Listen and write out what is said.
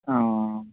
ہاں